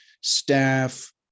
staff